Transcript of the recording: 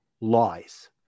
lies